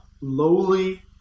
lowly